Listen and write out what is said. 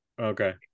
Okay